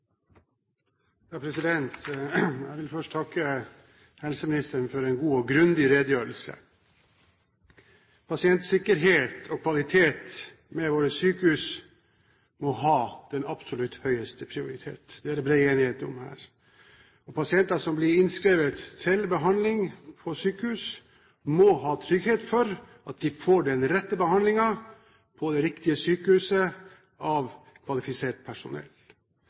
Jeg vil først takke helseministeren for en god og grundig redegjørelse. Pasientsikkerhet og kvalitet ved våre sykehus må ha den absolutt høyeste prioritet – det er det bred enighet om her. Pasienter som blir innskrevet på sykehus, må ha trygghet for at de får den rette behandlingen på det riktige sykehuset av kvalifisert personell.